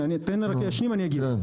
אשלים ואגיע.